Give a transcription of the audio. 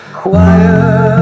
choir